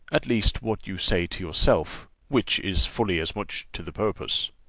at least what you say to yourself, which is fully as much to the purpose.